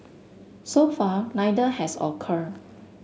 so far neither has occurred